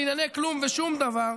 לענייני כלום ושום דבר.